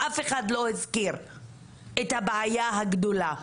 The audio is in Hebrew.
ואף אחד לא הזכיר את הבעיה הגדולה,